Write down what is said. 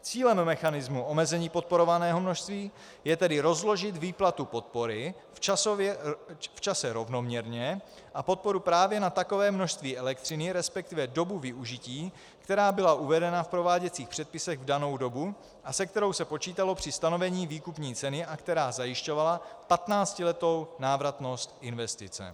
Cílem mechanismu omezení podporovaného množství je tedy rozložit výplatu podpory v čase rovnoměrně a podporu právě na takové množství elektřiny, resp. dobu využití, která byla uvedena v prováděcích předpisech v danou dobu a se kterou se počítalo při stanovení výkupní ceny a která zajišťovala patnáctiletou návratnost investice.